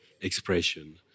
expression